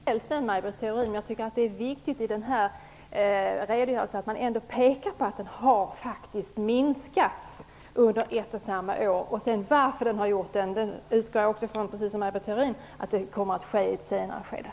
Herr talman! Det är ändå viktigt att man i redogörelsen pekar på att vapenexporten faktiskt har minskat under ett och samma år. Precis som Maj Britt Theorin utgår jag ifrån att man i ett senare skede får ta reda på varför.